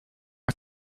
are